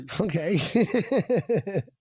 okay